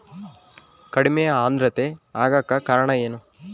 ಕಡಿಮೆ ಆಂದ್ರತೆ ಆಗಕ ಕಾರಣ ಏನು?